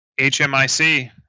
HMIC